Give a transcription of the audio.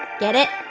get it?